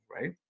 right